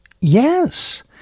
Yes